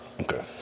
Okay